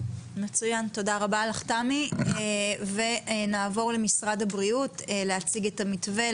מצוין תודה רבה לך תמי ונעבור למשרד הבריאות על שמנת שיציג את המתווה,